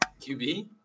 QB